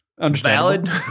Valid